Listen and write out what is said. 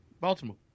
baltimore